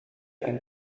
and